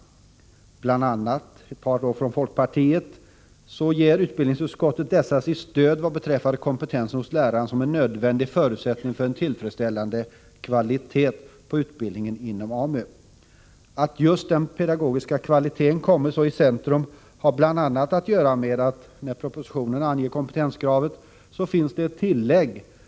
Flera motioner, bl.a. ett par från folkpartiet, får utbildningsutskottets stöd för den framförda uppfattningen att lärarnas kompetens är en nödvändig förutsättning för en tillfredsställande kvalitet på utbildningen inom AMU. Att just den pedagogiska kvaliteten har kommit i centrum beror bl.a. på att det beträffande kompetenskravet finns ett tillägg i propositionen.